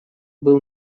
был